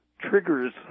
triggers